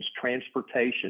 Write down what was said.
transportation